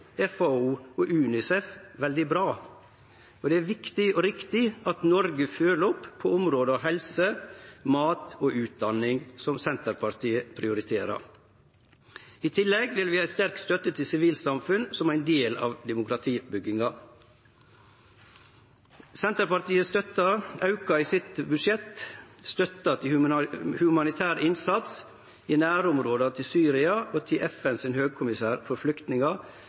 og UNICEF veldig bra. Det er viktig og riktig at Noreg følgjer opp på områda helse, mat og utdanning, som Senterpartiet prioriterer. I tillegg vil vi ha ei sterk støtte til sivilsamfunn som ein del av demokratibygginga. Senterpartiet auka i budsjettet sitt støtta til humanitær innsats i nærområda til Syria og til FNs høgkommissær for flyktningar